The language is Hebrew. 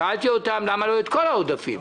שאלתי אותם למה לא את כל העודפים.